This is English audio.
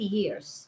years